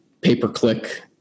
pay-per-click